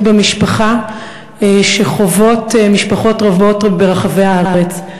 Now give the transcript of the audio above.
במשפחה שחוות משפחות רבות ברחבי הארץ.